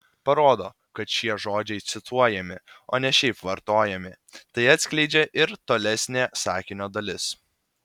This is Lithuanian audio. parodo kad šie žodžiai cituojami o ne šiaip vartojami tai atskleidžia ir tolesnė sakinio dalis